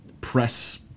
press